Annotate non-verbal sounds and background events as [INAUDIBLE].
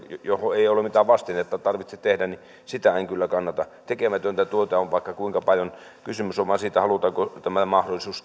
ei mitään vastinetta tarvitse tehdä en kyllä kannata tekemätöntä työtä on vaikka kuinka paljon kysymys on vain siitä halutaanko tämä mahdollisuus [UNINTELLIGIBLE]